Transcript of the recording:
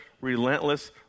relentless